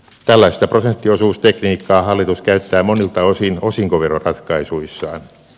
tällaista prosenttiosuustekniikkaa hallitus käyttää monilta osin osinkoveroratkaisuissaan